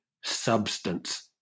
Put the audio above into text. substance